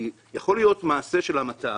כי יכול להיות מעשה של המתה